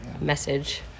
message